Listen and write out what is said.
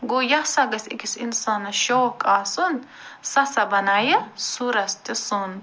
گوٚو یہِ سا گَژھہِ أکِس اِنسانس شوق آسُن سُہ ہسا بنایہِ سوٗرس تہِ سۄن